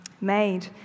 made